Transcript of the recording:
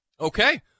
Okay